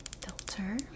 Filter